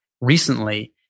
recently